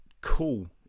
cool